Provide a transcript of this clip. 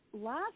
last